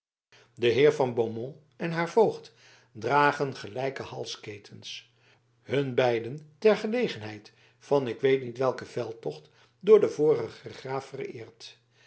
de heer van beaumont en haar voogd dragen gelijke halsketens hun beiden ter gelegenheid van ik weet niet welken veldtocht door den vorigen graaf vereerd